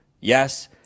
Yes